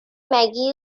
mcgill